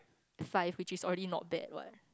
five which is already not bad what